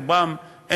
רובם,